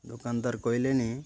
ଦୋକାନଦାର କହିଲେନି